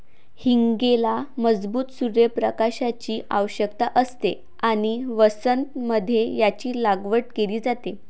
हींगेला मजबूत सूर्य प्रकाशाची आवश्यकता असते आणि वसंत मध्ये याची लागवड केली जाते